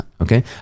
okay